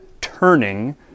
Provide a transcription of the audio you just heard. turning